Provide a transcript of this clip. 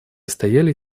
стояли